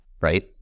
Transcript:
right